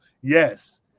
Yes